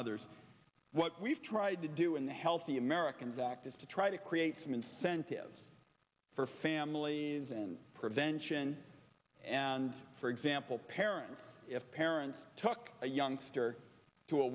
others what we've tried to do in the healthy americans act is to try to create some incentives for families and prevention and for example parents if parents took a youngster t